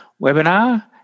webinar